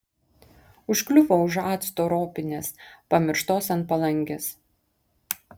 užkliuvo už acto ropinės pamirštos ant palangės